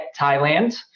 Thailand